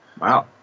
Wow